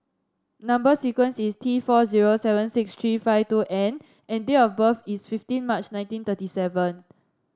number sequence is T four zero seven six three five two N and date of birth is fifteen March nineteen thirty seven